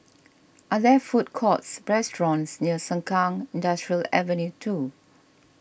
are there food courts or restaurants near Sengkang Industrial Avenue two